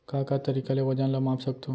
का का तरीक़ा ले वजन ला माप सकथो?